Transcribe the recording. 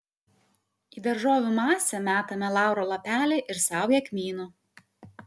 į daržovių masę metame lauro lapelį ir saują kmynų